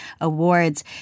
Awards